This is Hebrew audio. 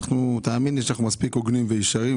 אנחנו מספיק הוגנים וישרים.